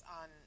on